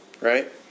Right